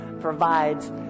provides